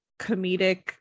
comedic